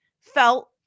felt